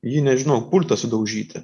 jį nežinau pultą sudaužyti